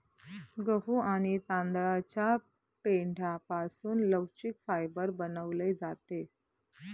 गहू आणि तांदळाच्या पेंढ्यापासून लवचिक फायबर बनवले जाते